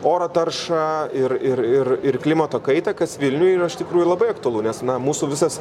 oro taršą ir ir ir ir klimato kaitą kas vilniuj iš tikrųjų labai aktualu nes na mūsų visas